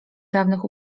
dawnych